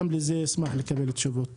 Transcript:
אשמח לקבל תשובות גם לזה.